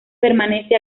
permanece